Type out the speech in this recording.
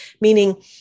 Meaning